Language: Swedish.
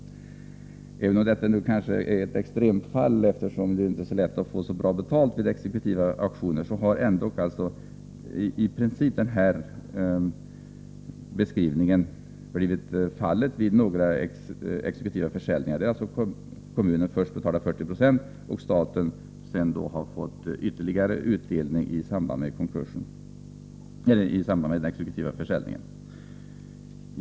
Även om detta kanske är ett extremfall, eftersom det inte är så lätt att få bra betalt vid exekutiva auktioner, så har det här ändock inträffat vid några exekutiva försäljningar, där kommunen alltså först fått betala 40 26 och staten sedan har fått ytterligare utdelning i samband med den exekutiva försäljningen.